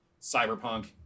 cyberpunk